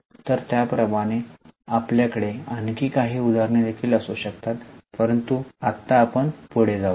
तर त्याप्रमाणे आपल्याकडे आणखी काही उदाहरणे देखील असू शकतात परंतु आत्ता आपण पुढे जाऊया